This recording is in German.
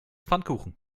pfannkuchen